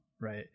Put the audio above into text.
right